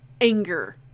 anger